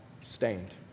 stained